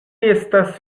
estas